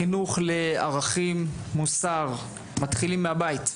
חינוך לערכים, מוסר, מתחיל מהבית.